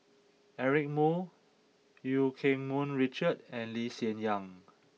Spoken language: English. Eric Moo Eu Keng Mun Richard and Lee Hsien Yang